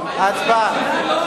הצבעה.